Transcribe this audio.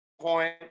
point